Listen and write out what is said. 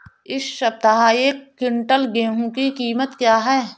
इस सप्ताह एक क्विंटल गेहूँ की कीमत क्या है?